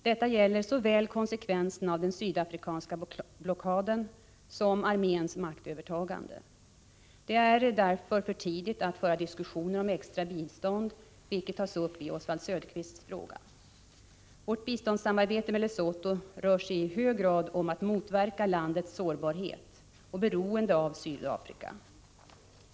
Detta gäller såväl konsekvenserna av den sydafrikanska blockaden som arméns maktövertagande. Det är därför för tidigt att föra diskussioner om extra bistånd, vilket tas upp i Oswald Söderqvists fråga. Vårt biståndssamarbete med Lesotho rör sig i hög grad om att motverka landets sårbarhet och beroende av Sydafrika.